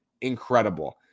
incredible